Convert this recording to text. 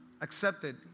accepted